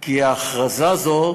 כי הכרזה זו,